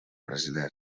brasiler